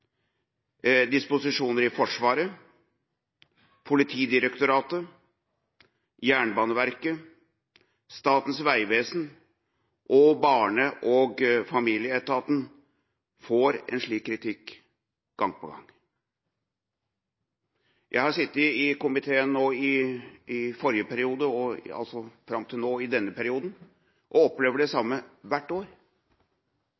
disposisjoner i Forsvaret, Politidirektoratet, Jernbaneverket, Statens vegvesen og Barne-, ungdoms- og familieetaten får en slik kritikk gang på gang. Jeg har sittet i komiteen i forrige periode og fram til nå i denne perioden og opplever det